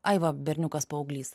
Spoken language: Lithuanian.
ai va berniukas paauglys